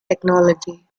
technology